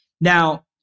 Now